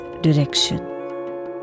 direction